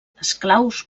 esclaus